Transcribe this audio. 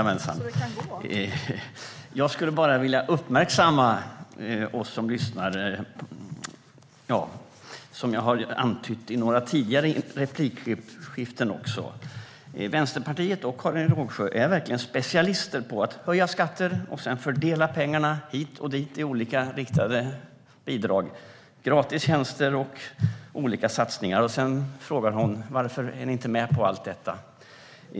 Herr talman! Som jag har antytt i några tidigare replikskiften är Vänsterpartiet och Karin Rågsjö verkligen specialister på att höja skatter och fördela pengarna hit och dit genom olika riktade bidrag, gratistjänster och satsningar. Sedan frågar hon: Varför är ni inte med på allt detta?